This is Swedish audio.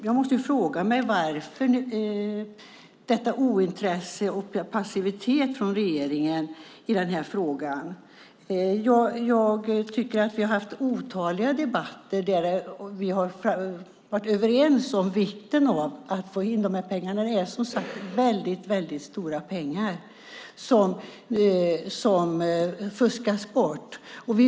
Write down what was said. Jag måste fråga: Varför detta ointresse och denna passivitet från regeringen i den här frågan? Vi har haft otaliga debatter, där vi har varit överens om vikten av att få in de här pengarna. Det är, som sagt, väldigt mycket pengar som fuskas bort.